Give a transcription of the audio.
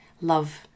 love